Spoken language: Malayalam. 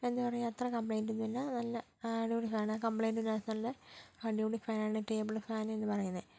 എന്താ പറയുക അത്ര കംപ്ലൈൻറ് ഒന്നും ഇല്ല നല്ല അടിപൊളി ഫാനാണ് കംപ്ലൈന്റ് ഒന്നും ഇല്ലാത്ത നല്ല അടിപൊളി ഫാനാണ് ടേബിൾ ഫാൻ എന്ന് പറയുന്നേ